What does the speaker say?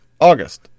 August